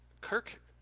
Kirk